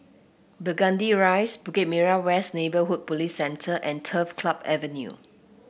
Burgundy Rise Bukit Merah West Neighbourhood Police Centre and Turf Club Avenue